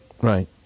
right